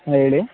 ಹಾಂ ಹೇಳಿ